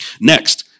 Next